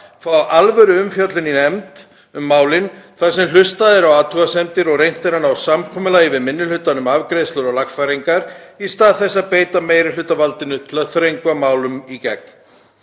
fá alvöruumfjöllun í nefnd um málin þar sem hlustað er á athugasemdir og reynt er að ná samkomulagi við minni hlutann um afgreiðslur og lagfæringar í stað þess að beita meirihlutavaldinu til að þröngva málum í gegn.